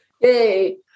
yay